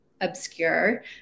obscure